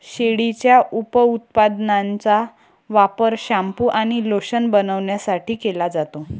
शेळीच्या उपउत्पादनांचा वापर शॅम्पू आणि लोशन बनवण्यासाठी केला जातो